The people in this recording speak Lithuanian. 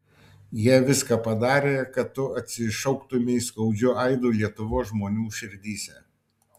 jie viską padarė kad tu atsišauktumei skaudžiu aidu lietuvos žmonių širdyse